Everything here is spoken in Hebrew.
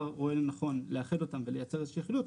רואה לנכון לאחד אותם ולייצר איזו שהיא אחידות,